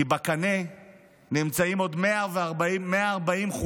כי בקנה נמצאים עוד 140 חוקים,